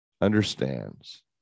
understands